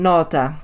Nota